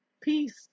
peace